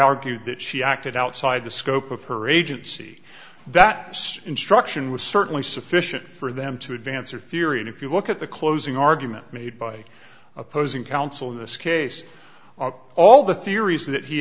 argued that she acted outside the scope of her agency that instruction was certainly sufficient for them to advance their theory and if you look at the closing argument made by opposing counsel in this case all the theories that he